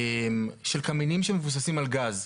של קמינים שמבוססים על גז.